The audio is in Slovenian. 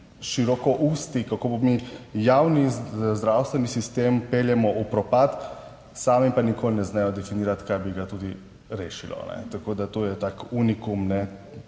širokousti, kako mi javni zdravstveni sistem peljemo v propad, sami pa nikoli ne znajo definirati, kaj bi ga tudi rešilo. Tako da to je tak unikum,